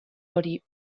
hori